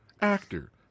actor